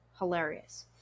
hilarious